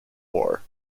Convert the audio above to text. war